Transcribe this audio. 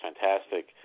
fantastic